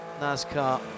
NASCAR